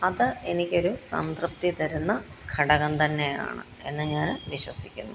അത് എനിക്കൊരു സംതൃപ്തി തരുന്ന ഘടകം തന്നെയാണ് എന്ന് ഞാന് വിശ്വസിക്കുന്നു